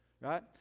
right